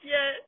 Yes